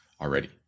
already